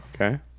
Okay